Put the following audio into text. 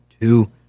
two